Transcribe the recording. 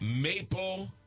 Maple